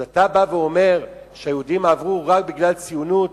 אז אתה בא ואומר שהיהודים עברו רק בגלל ציונות,